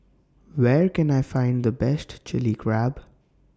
Where Can I Find The Best Chilli Crab